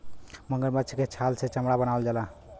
मगरमच्छ के छाल से चमड़ा बनावल जाला